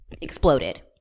exploded